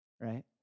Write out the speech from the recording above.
right